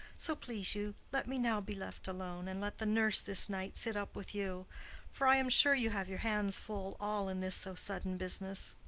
so please you, let me now be left alone, and let the nurse this night sit up with you for i am sure you have your hands full all in this so sudden business.